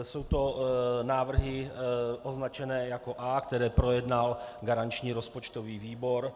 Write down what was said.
Jsou to návrhy označené jako A, které projednal garanční rozpočtový výbor.